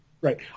Right